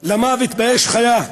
למוות מאש חיה.